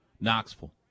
Knoxville